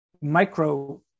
micro